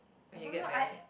when you get married